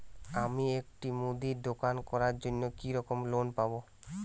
আমি একটি মুদির দোকান করার জন্য কি রকম লোন পাব?